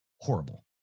horrible